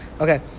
Okay